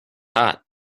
hot